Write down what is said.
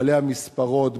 בעלי המספרות,